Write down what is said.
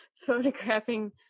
Photographing